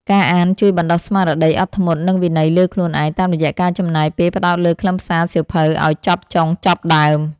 ការអានជួយបណ្ដុះស្មារតីអត់ធ្មត់ និងវិន័យលើខ្លួនឯង តាមរយៈការចំណាយពេលផ្ដោតលើខ្លឹមសារសៀវភៅឱ្យចប់ចុងចប់ដើម។